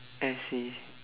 I see